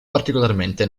particolarmente